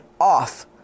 off